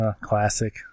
Classic